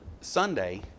Sunday